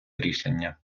рішення